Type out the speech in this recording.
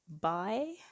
bye